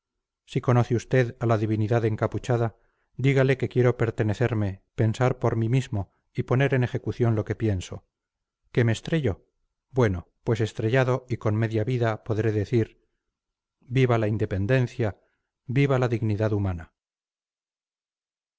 si conoce usted a la divinidad encapuchada dígale que quiero pertenecerme pensar por mí mismo y poner en ejecución lo que pienso que me estrello bueno pues estrellado y con media vida podré decir viva la independencia viva la dignidad humana